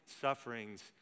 sufferings